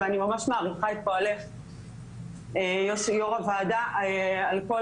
ואני ממש מעריכה את פועלך יו"ר הועדה על כל